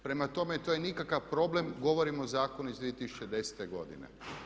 Prema tome, to je nikakav problem, govorim o zakonu iz 2010. godine.